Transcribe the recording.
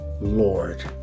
Lord